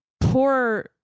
poor